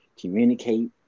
Communicate